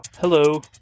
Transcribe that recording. Hello